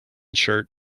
shirt